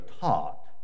taught